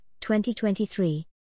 2023